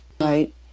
right